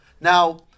Now